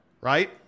right